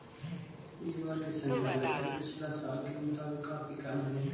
इ बार के संदर्भ दर पिछला साल के मुताबिक काफी कम हई